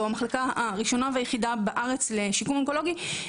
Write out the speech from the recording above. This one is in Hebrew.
או בתור המחלקה השיקומית הראשונה והיחידה בארץ לשיקום אונקולוגי,